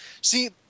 see